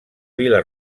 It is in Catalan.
vil·la